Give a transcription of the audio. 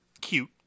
cute